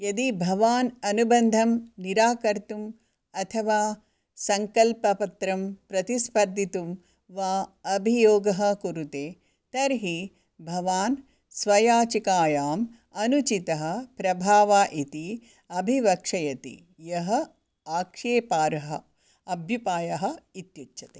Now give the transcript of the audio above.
यदि भवान् अनुबन्धं निराकर्तुम् अथवा सङ्कल्पपत्रं प्रतिस्पर्धितुं वा अभियोगः कुरुते तर्हि भवान् स्वयाचिकायाम् अनुचितः प्रभाव इति अभिवक्षयति यः आक्षेपार्ह अभ्युपायः इत्युच्यते